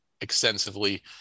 extensively